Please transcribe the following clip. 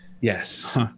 Yes